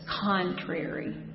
contrary